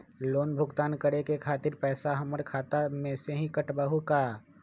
Loan भुगतान करे के खातिर पैसा हमर खाता में से ही काटबहु का?